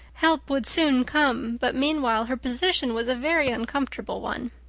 help would soon come, but meanwhile her position was a very uncomfortable one.